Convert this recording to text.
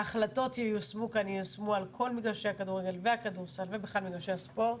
ההחלטות ייושמו על כל מגרשי הכדורגל והכדורסל ובכלל מגרשי הספורט.